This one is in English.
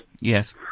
Yes